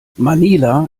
manila